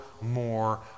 more